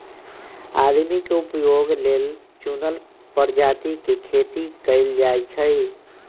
आदमी के उपभोग लेल चुनल परजाती के खेती कएल जाई छई